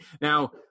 Now